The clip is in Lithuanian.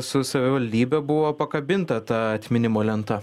su savivaldybe buvo pakabinta ta atminimo lenta